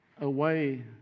away